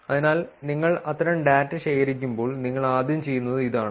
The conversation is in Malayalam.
അതിനാൽ നിങ്ങൾ അത്തരം ഡാറ്റ ശേഖരിക്കുമ്പോൾ നിങ്ങൾ ആദ്യം ചെയ്യുന്നത് ഇതാണ്